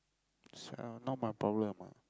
s~ not my problem ah